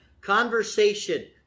conversation